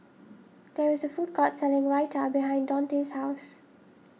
there is a food court selling Raita behind Donte's house